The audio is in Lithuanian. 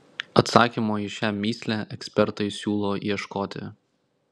atsakymo į šią mįslę ekspertai siūlo ieškoti